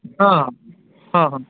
ହଁ ହଁ ହଁ